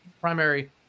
primary